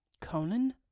Conan